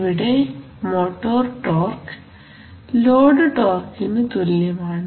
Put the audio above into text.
ഇവിടെ motor torque load ടോർഘിന് തുല്യമാണ്